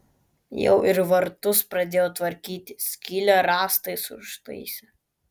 jau ir vartus pradėjo tvarkyti skylę rąstais užtaisė